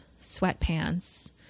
sweatpants